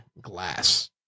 glass